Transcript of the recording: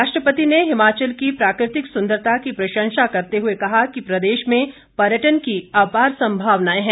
राष्ट्रपति ने हिमाचल की प्राकृतिक सुंदरता की प्रशंसा करते हुए कहा कि प्रदेश में पर्यटन की अपार संभावनाएं हैं